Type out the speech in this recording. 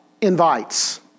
invites